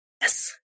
Yes